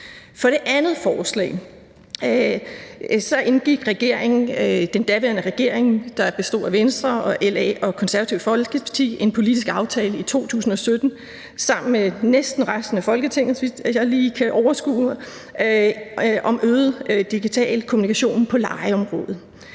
til det andet forslag indgik den daværende regering, der bestod af Venstre, Liberal Alliance og Det Konservative Folkeparti, en politisk aftale i 2017 sammen med næsten resten af Folketinget, så vidt jeg lige kan overskue, om øget digital kommunikation på lejeområdet.